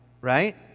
right